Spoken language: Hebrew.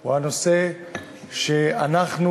הוא שאנחנו,